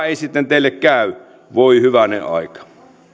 ei sitten teille käy voi hyvänen aika